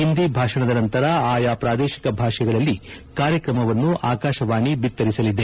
ಹಿಂದಿ ಭಾಷಣದ ನಂತರ ಆಯಾ ಪ್ರಾದೇಶಿಕ ಭಾಷೆಗಳಲ್ಲಿ ಕಾರ್ಯಕ್ರಮವನ್ನು ಆಕಾಶವಾಣಿ ಬಿತ್ತರಿಸಲಿದೆ